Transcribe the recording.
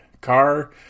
car